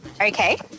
Okay